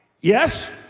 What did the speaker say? yes